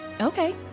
Okay